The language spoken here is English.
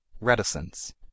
reticence